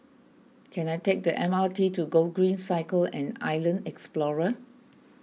can I take the M R T to Gogreen Cycle and Island Explorer